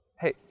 hey